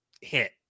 hit